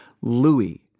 Louis